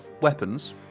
weapons